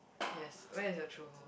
yes where is your true home